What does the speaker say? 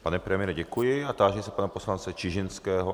Pane premiére, děkuji a táži se pana poslance Čižinského.